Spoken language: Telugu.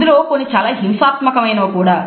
అందులో కొన్ని చాలా హింసాత్మకమైనవి కూడా